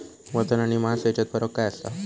वजन आणि मास हेच्यात फरक काय आसा?